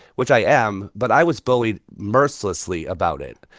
which i am. but i was bullied mercilessly about it.